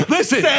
Listen